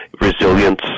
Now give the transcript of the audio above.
resilience